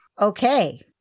Okay